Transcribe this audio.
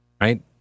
right